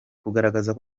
kugaragaza